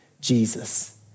Jesus